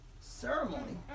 ceremony